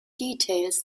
details